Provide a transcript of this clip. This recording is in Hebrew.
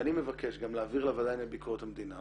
ואני מבקש גם להעביר לוועדה לביקורת המדינה,